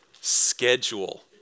schedule